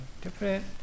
different